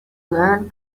learn